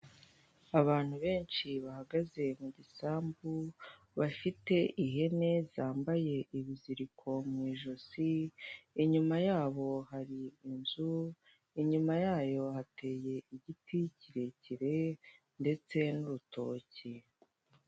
Abantu benshi bahagaze mu gisambu bafite ihene zambaye ibiziriko mu ijosi, inyuma yabo hari inzu inyuma yayo hateye igiti kirekire ndetse n'urutoki.